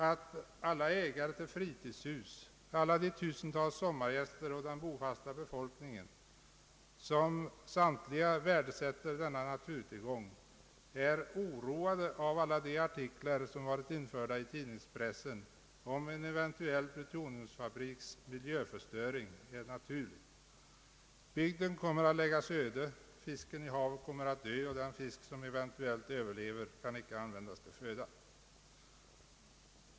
Att alla ägare till fritidshus, alla de tusentals sommargästerna och den bofasta befolkningen — som samtliga värdesätter denna naturtillgång — är oroade av alla de artiklar som varit införda i tidningspressen om en eventuell plutoniumfabriks miljöförstöring är naturligt. Bygden kommer att läggas öde, fisken i havet kommer att dö, och den fisk som eventuellt överlever kan icke användas till föda.